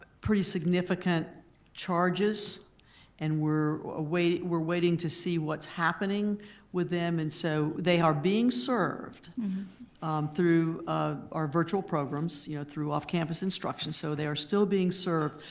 pretty significant charges and we're waiting we're waiting to see what's happening with them and so they are being served through our virtual programs, you know through off campus instruction so they are still being served.